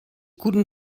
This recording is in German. guten